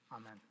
Amen